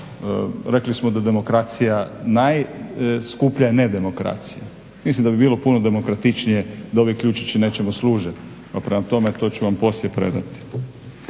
rekli samo da demokracija najskuplja nedemokracija. Mislim da bi bilo puno demokratičnije da ovi ključići nečemu služe pa prema tome to ću vam poslije predati.